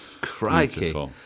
crikey